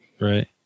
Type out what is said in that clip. Right